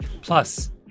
Plus